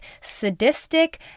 sadistic